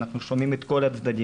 אנחנו שומעים את כל הצדדים,